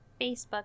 Facebook